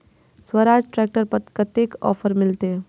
Swaraj tractor पर कतेक offer मिलते?